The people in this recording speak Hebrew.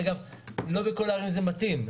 אגב, לא בכל עיר זה מתאים.